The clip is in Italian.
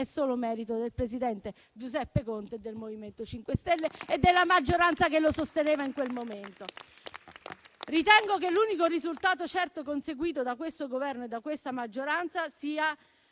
è solo merito del presidente Giuseppe Conte, del MoVimento 5 Stelle e della maggioranza che lo sosteneva in quel momento. Ritengo che l'unico risultato certo conseguito da questo Governo e da questa maggioranza sia